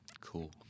Cool